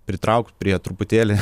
pritraukt prie truputėlį